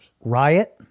Riot